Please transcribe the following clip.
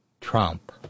Trump